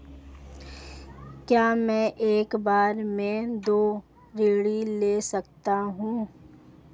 क्या मैं एक बार में दो ऋण ले सकता हूँ?